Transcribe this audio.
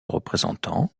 représentant